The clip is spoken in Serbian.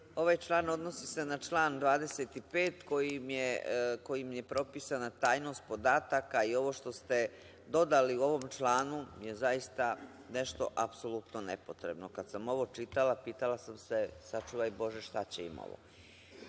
Ovaj član odnosi se na član 25. kojim je propisana tajnost podataka i ovo što ste dodali u ovom članu je zaista nešto apsolutno nepotrebno. Kada sam ovo pročitala, pitala sam se – sačuvaj bože, šta će im ovo.